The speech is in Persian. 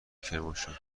کرمانشاه